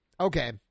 Okay